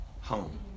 home